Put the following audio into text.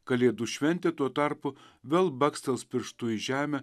kalėdų šventė tuo tarpu vėl bakstels pirštu į žemę